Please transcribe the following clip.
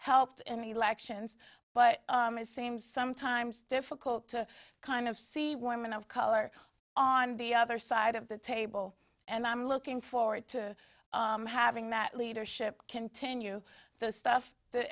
helped in the lections but it seems sometimes difficult to kind of see women of color on the other side of the table and i'm looking forward to having that leadership continue the stuff that